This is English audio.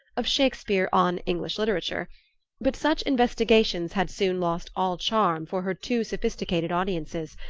of shakespeare on english literature but such investigations had soon lost all charm for her too-sophisticated audiences,